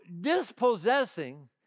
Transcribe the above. dispossessing